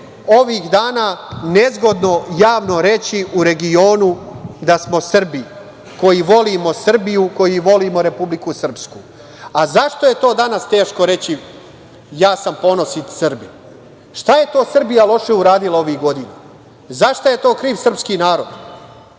ovih dana nezgodno javno reći u regionu da smo Srbi koji volimo Srbiju, koji volimo Republiku Srpsku. A zašto je to danas teško reći – ja sam ponosit Srbin? Šta je to Srbija loše uradila ovih godina? Za šta je to kriv srpski narod?